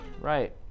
Right